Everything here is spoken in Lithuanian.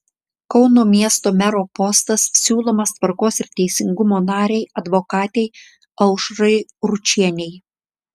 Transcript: kauno miesto mero postas siūlomas tvarkos ir teisingumo narei advokatei aušrai ručienei